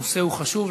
הנושא חשוב,